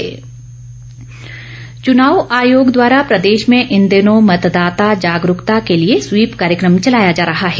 SVEEP चुनाव आयोग द्वारा प्रदेश में इन दिनों मतदाता जागरूकता के लिए स्वीप कार्यक्रम चलाया जा रहा है